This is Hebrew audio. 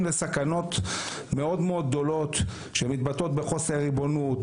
לסכנות מאוד גדולות שמתבטאות בחוסר ריבונות,